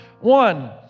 One